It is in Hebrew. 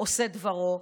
עושה דברו,